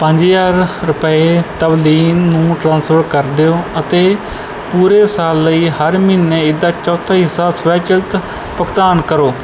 ਪੰਜ ਰੁਪਏ ਤਵਲੀਨ ਨੂੰ ਟ੍ਰਾਂਸਫਰ ਕਰ ਦਿਓ ਅਤੇ ਪੂਰੇ ਸਾਲ ਲਈ ਹਰ ਮਹੀਨੇ ਇਸਦਾ ਚੌਥਾ ਹਿੱਸਾ ਸਵੈ ਚਲਿਤ ਭੁਗਤਾਨ ਕਰੋ